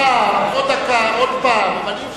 פעם, עוד דקה, ועוד פעם,